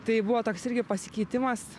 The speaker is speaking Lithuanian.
tai buvo toks irgi pasikeitimas